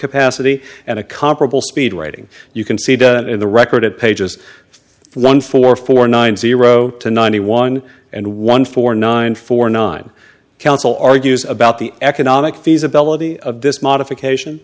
capacity and a comparable speed rating you can see done in the record at pages one four four nine zero to ninety one and one four nine four nine council argues about the economic feasibility of this modification